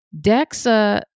DEXA